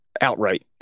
outright